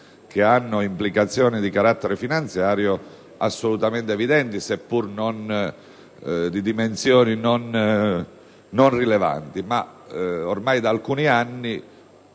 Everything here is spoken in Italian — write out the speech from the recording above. che hanno implicazioni di carattere finanziario assolutamente evidenti, seppur di dimensioni non rilevanti. Ormai da alcuni anni